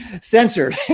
censored